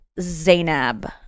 Zainab